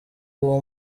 uwo